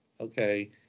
okay